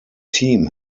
team